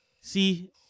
See